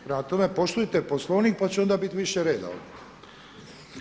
Prema tome, poštujte Poslovnik pa će onda biti više reda ovdje.